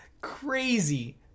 crazy